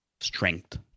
strength